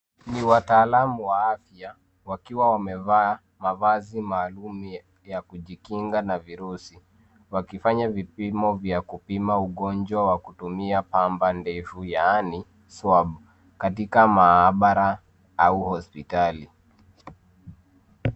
Ni wataalamu wa afya wakiwa wamevaa mavazi maalum ya kujikinga na virusi wakifanya vipimo vya kupima ugonjwa wa kutumia pamba ndefu yaani swab katika maabara au hospitali.